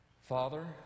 Father